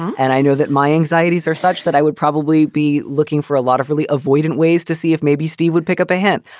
and i know that my anxieties are such that i would probably be looking for a lot of really avoidant ways to see if maybe steve would pick up a hint.